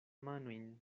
manojn